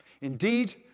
Indeed